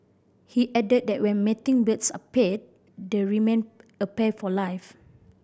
he added that when mating birds are paired they remain a pair for life